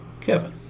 Kevin